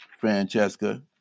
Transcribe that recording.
Francesca